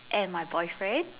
and my boyfriend